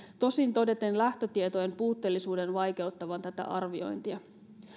tosin todeten lähtötietojen puutteellisuuden vaikeuttavan tätä arviointia